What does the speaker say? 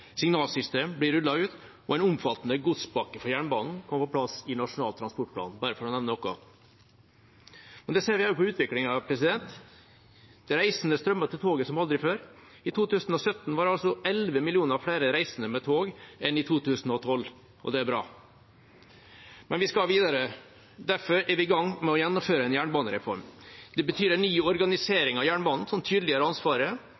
signalsystem blir rullet ut, og en omfattende godspakke for jernbanen er kommet på plass i Nasjonal transportplan – bare for å nevne noe. Og vi ser utviklingen: Reisende strømmer til toget som aldri før. I 2017 var det 11 millioner flere reisende med tog enn i 2012. Det er bra. Men vi skal videre. Derfor er vi i gang med å gjennomføre en jernbanereform. Det innebærer en ny organisering av jernbanen som tydeliggjør ansvaret,